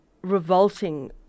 revolting